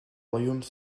royaumes